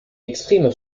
exprime